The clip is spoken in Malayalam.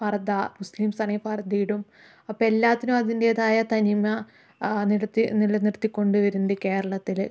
പർദ്ദ മുസ്ലിംസ് ആണെങ്കിൽ പർദ്ദ ഇടും അപ്പോൾ എല്ലാത്തിനും അതിൻറ്റേതായ തനിമ നിർത്തി നിലനിർത്തിക്കൊണ്ട് വരുന്നുണ്ട് കേരളത്തിൽ